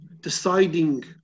deciding